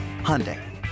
Hyundai